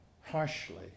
harshly